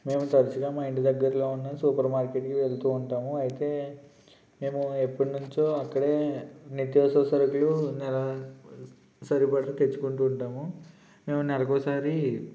మేము తరచుగా మా ఇంటి దగ్గరలో ఉన్న సూపర్ మార్కెట్కి వెళ్తూ ఉంటాము అయితే మేము ఎప్పటినుంచో అక్కడే నిత్యవసర సరుకులు నెల సరిపడా తెచ్చుకుంటూ ఉంటాము మేము నెలకోసారి